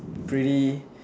pretty